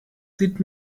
sieht